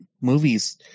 movies